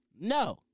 No